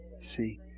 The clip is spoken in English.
See